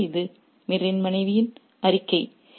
எனவே இது மீரின் மனைவியின் அறிக்கை